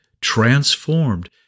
transformed